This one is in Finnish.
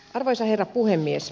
arvoisa herra puhemies